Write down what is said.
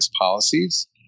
policies